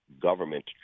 government